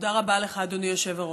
תודה רבה לך, אדוני היושב-ראש.